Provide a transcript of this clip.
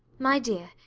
my dear,